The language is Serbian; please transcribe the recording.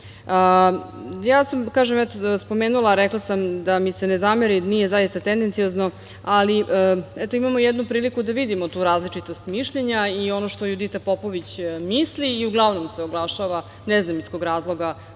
daljem radu. Ja sam spomenula, rekla sam da mi se ne zameri, nije zaista tendenciozno, ali eto imamo jednu priliku da vidimo tu različitost mišljenja i ono što Judita Popović misli i uglavnom se oglašava, ne znam iz kog razloga,